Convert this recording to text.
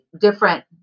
different